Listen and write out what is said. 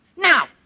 Now